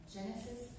Genesis